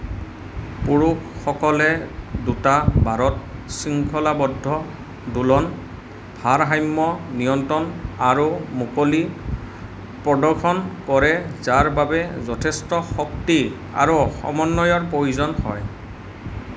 পুৰুষসকলে দুটা বাৰত শৃংখলাবদ্ধ দোলন ভাৰসাম্য নিয়ন্ত্ৰণ আৰু মুকলি প্ৰদৰ্শন কৰে যাৰ বাবে যথেষ্ট শক্তি আৰু সমন্বয়ৰ প্ৰয়োজন হয়